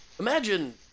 Imagine